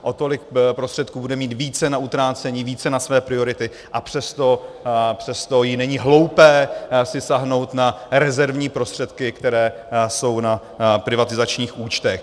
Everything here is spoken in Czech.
O tolik prostředků bude mít více na utrácení, více na své priority, a přesto jí není hloupé si sáhnout na rezervní prostředky, které jsou na privatizačních účtech.